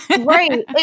Right